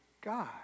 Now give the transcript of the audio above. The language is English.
God